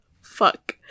Fuck